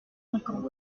cinquante